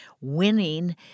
winning